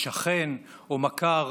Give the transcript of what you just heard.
שכן או מכר,